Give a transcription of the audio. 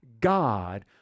God